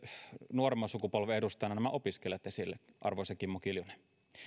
nuoremman sukupolven edustajana nämä opiskelijat esille arvoisa kimmo kiljunen